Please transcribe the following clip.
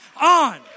on